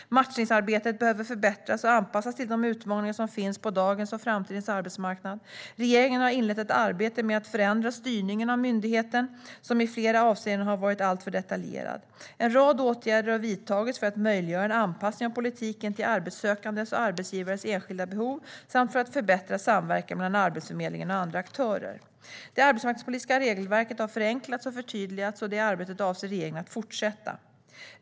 Matchningsarbetet behöver förbättras och anpassas till de utmaningar som finns på dagens och framtidens arbetsmarknad. Regeringen har inlett ett arbete med att förändra styrningen av myndigheten, som i flera avseenden har varit alltför detaljerad. En rad åtgärder har vidtagits för att möjliggöra en anpassning av politiken till arbetssökandes och arbetsgivares enskilda behov samt för att förbättra samverkan mellan Arbetsförmedlingen och andra aktörer. Det arbetsmarknadspolitiska regelverket har förenklats och förtydligats, och det arbetet avser regeringen att fortsätta.